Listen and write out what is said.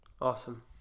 Awesome